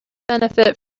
benefit